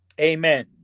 amen